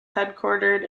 headquartered